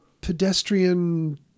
pedestrian